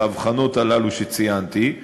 את ההבחנות הללו שציינתי,